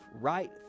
right